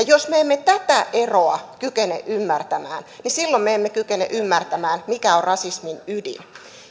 jos me emme tätä eroa kykene ymmärtämään niin silloin me emme kykene ymmärtämään mikä on rasismin ydin